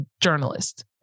journalist